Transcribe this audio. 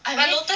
I mean